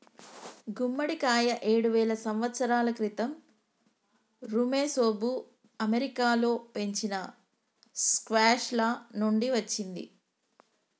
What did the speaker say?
గుమ్మడికాయ ఏడువేల సంవత్సరాల క్రితం ఋమెసోఋ అమెరికాలో పెంచిన స్క్వాష్ల నుండి వచ్చింది